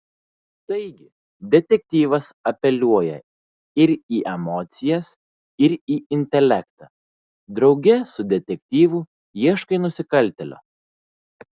taigi detektyvas apeliuoja ir į emocijas ir į intelektą drauge su detektyvu ieškai nusikaltėlio